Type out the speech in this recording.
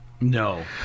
No